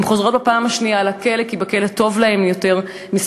הן חוזרות בפעם השנייה לכלא כי בכלא טוב להן יותר מאשר